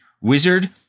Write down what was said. wizard